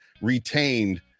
retained